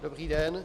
Dobrý den.